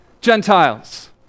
Gentiles